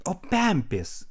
o pempės